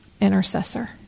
intercessor